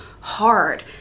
hard